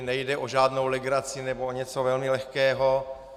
Nejde o žádnou legraci nebo o něco velmi lehkého.